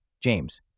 James